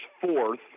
fourth